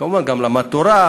כמובן הוא גם למד תורה,